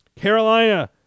Carolina